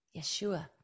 Yeshua